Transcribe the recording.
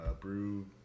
Brew